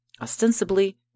ostensibly